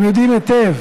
הם יודעים היטב